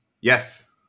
Yes